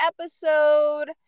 episode